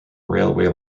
railway